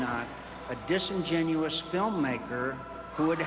not a disingenuous filmmaker who would